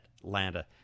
Atlanta